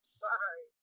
sorry